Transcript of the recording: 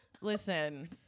Listen